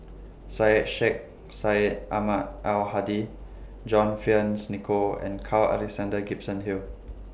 Syed Sheikh Syed Ahmad Al Hadi John Fearns Nicoll and Carl Alexander Gibson Hill